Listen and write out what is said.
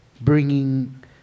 bringing